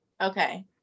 Okay